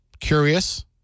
curious